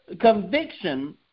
conviction